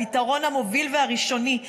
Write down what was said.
הפתרון המוביל והראשוני,